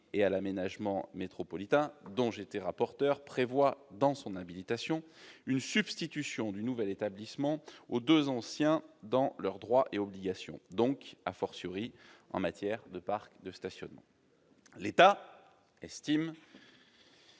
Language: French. et à l'aménagement métropolitain, dont j'étais rapporteur, prévoit dans ses dispositions d'habilitation une substitution du nouvel établissement aux deux anciens, dans leurs droits et obligations, donc en matière de parcs de stationnement. Eh oui